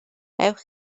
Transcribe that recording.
ewch